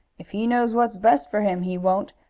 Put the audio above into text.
if he knows what's best for him he won't,